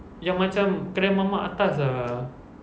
yang macam kedai mamak atas ah